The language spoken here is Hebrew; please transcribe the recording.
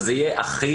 שזה יהיה אחיד,